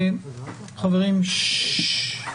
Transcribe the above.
חברים, שקט.